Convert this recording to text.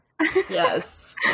Yes